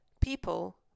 People